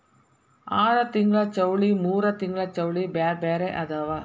ಆರತಿಂಗ್ಳ ಚೌಳಿ ಮೂರತಿಂಗ್ಳ ಚೌಳಿ ಬ್ಯಾರೆ ಬ್ಯಾರೆ ಅದಾವ